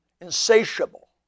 Insatiable